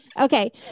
Okay